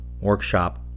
workshop